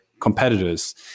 competitors